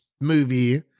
movie